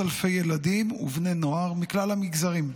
ובני נוער מכלל המגזרים.